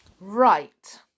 Right